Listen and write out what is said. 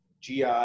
GI